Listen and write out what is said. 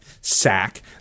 sack